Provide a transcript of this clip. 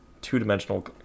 two-dimensional